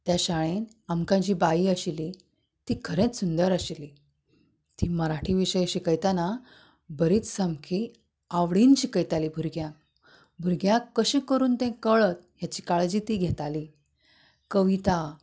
त्या शाळेंत आमकां जी बाई आशिल्ली ती खरेंच सुंदर आशिल्ली ती मराठी विशय शिकयतना बरीच सामकी आवडीन शिकयताली भुरग्यांक भुरग्यांक कशें करून तें कळत हाची काळजी तीं घेताली कविता